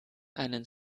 einen